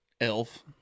elf